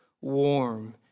warm